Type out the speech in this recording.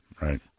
Right